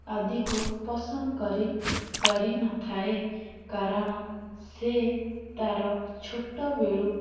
ଆଦିକୁ ପସନ୍ଦ କରିପାରି ନଥାଏ କାରଣ ସେ ତା'ର ଛୋଟବେଳୁ